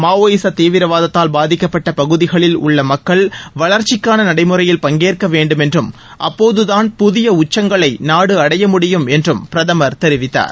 மாவோயிச தீவிரவாதத்தால் பாதிக்கப்பட்ட பகுதிகளில் உள்ள மக்கள் வளர்ச்சிக்கான நடைமுறையில் பங்கேற்க வேண்டும் என்றும் அப்போதுதான் புதிய உச்சங்களை நாடு அடைய முடியும் என்றும் பிரதமா் தெரிவித்தார்